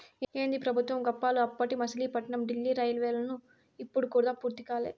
ఏందీ పెబుత్వం గప్పాలు, అప్పటి మసిలీపట్నం డీల్లీ రైల్వేలైను ఇప్పుడు కూడా పూర్తి కాలా